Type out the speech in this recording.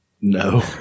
No